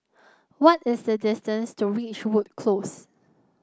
what is the distance to Ridgewood Close